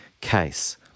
case